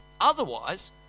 otherwise